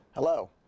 Hello